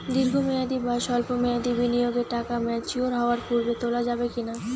দীর্ঘ মেয়াদি বা সল্প মেয়াদি বিনিয়োগের টাকা ম্যাচিওর হওয়ার পূর্বে তোলা যাবে কি না?